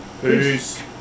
Peace